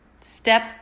step